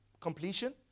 completion